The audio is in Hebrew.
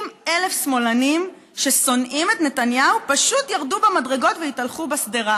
30,000 שמאלנים ששונאים את נתניהו פשוט ירדו במדרגות והתהלכו בשדרה,